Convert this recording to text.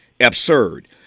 absurd